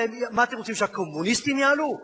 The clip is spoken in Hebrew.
מה אתם רוצים, שהקומוניסטים יעלו?